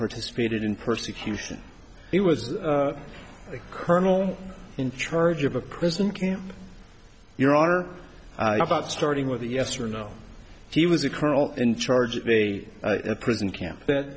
participated in persecution it was a colonel in charge of a christian camp your honor about starting with a yes or no he was a colonel in charge of a prison camp that